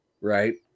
right